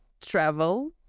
travel